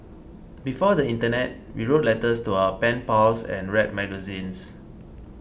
before the internet we wrote letters to our pen pals and read magazines